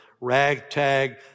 ragtag